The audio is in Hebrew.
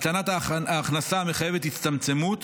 הקטנת ההכנסה מחייבת הצטמצמות